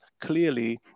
clearly